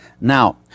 Now